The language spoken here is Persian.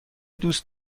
دوست